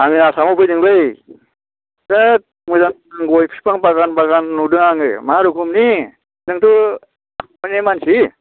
आङो आसामाव फैदोंलै होथ मोजां गय बिफां बागान बागान नुदों आङो मा रोखमनि नोंथ' चिरांनि मानसि